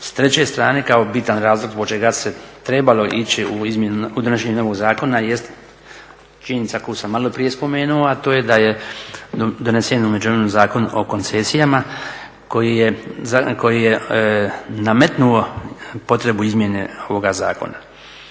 s treće strane, kao bitan razlog zbog čega se trebalo ići u donošenje novog zakona jest činjenica koju sam maloprije spomenuo, a to je da je donesen u međuvremenu Zakon o koncesijama koji je nametnuo potrebu izmijene ovoga zakona.